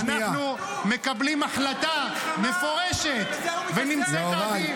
אנחנו מקבלים החלטה מפורשת ----- יוראי,